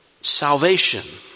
salvation